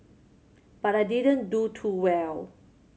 but I didn't do too well